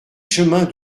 chemin